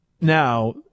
Now